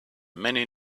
many